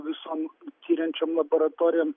visom tiriančiom laboratorijom